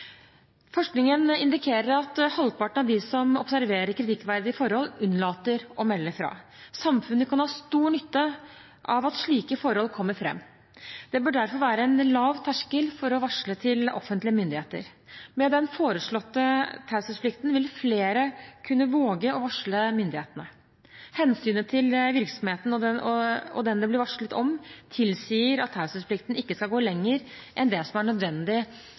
Forskningen indikerer at halvparten av de som observerer kritikkverdige forhold, unnlater å melde fra. Samfunnet kan ha stor nytte av at slike forhold kommer fram. Det bør derfor være en lav terskel for å varsle til offentlige myndigheter. Med den foreslåtte taushetsplikten vil flere kunne våge å varsle myndighetene. Hensynet til virksomheten og den det blir varslet om, tilsier at taushetsplikten ikke skal gå lenger enn det som er nødvendig